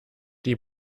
die